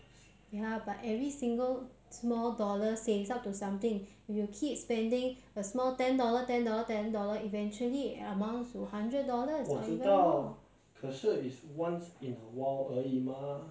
mm today the weather is so hot and it's so humid everyday